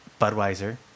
Budweiser